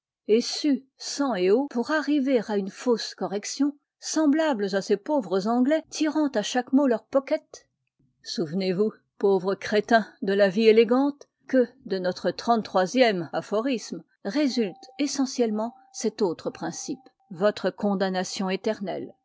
et suent sang et eau pour arriver à une fausse correction semblables à ces pauvres anglais tirant à chaque mot leur pocket souvenez-vous pauvres crétins de la vie élégante que de notre xxxiii aphorisme résulte essentiellement cet autre principe votre condamnation étemslle